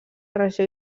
regió